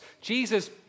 Jesus